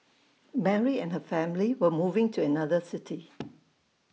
Mary and her family were moving to another city